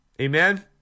Amen